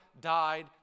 died